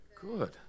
good